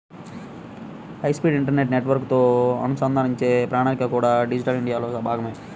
high speed internet నెట్వర్క్లతో అనుసంధానించే ప్రణాళికలు కూడా డిజిటల్ ఇండియాలో భాగమే